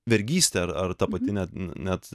vergystė ar ar ta pati net net